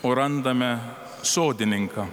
o randame sodininką